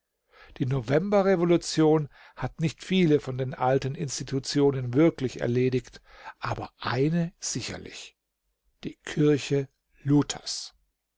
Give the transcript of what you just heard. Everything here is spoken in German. die novemberrevolution hat nicht viele von den alten institutionen wirklich erledigt aber eine sicherlich die kirche luthers